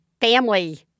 family